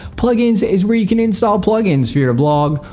plugins is where you can install plugins for your blog.